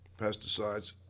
pesticides